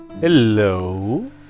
Hello